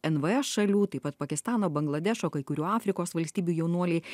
nvs šalių taip pat pakistano bangladešo kai kurių afrikos valstybių jaunuoliai